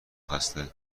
خسته